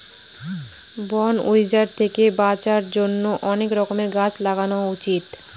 বন উজাড় থেকে বাঁচার জন্য অনেক করে গাছ লাগানো উচিত